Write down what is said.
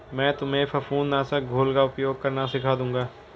मैं तुम्हें फफूंद नाशक घोल का उपयोग करना सिखा दूंगा